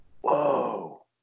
Whoa